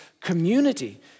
community